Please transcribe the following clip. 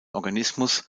organismus